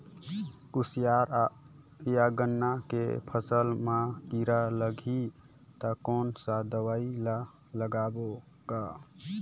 कोशियार या गन्ना के फसल मा कीरा लगही ता कौन सा दवाई ला लगाबो गा?